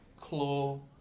claw